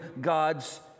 God's